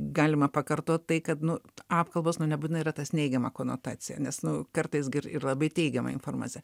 galima pakartoti tai kad nu apkalbos na nebūtinai yra tas neigiama konotacija nes nu kartais gi ir labai teigiama informacija